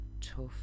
tough